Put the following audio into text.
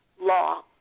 law